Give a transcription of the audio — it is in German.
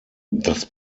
das